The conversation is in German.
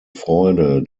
freude